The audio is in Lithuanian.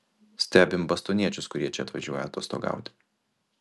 stebim bostoniečius kurie čia atvažiuoja atostogauti